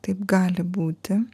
taip gali būti